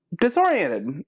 disoriented